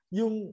yung